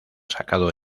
sacado